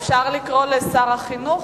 אפשר לקרוא לשר החינוך?